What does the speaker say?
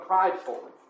prideful